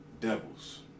devils